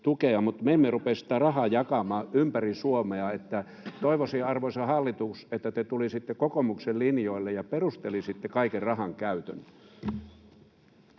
mutta me emme rupea sitä rahaa jakamaan ympäri Suomea. Toivoisin, arvoisa hallitus, että te tulisitte kokoomuksen linjoille ja perustelisitte kaiken rahankäytön.